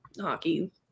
hockey